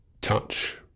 touch